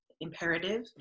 Imperative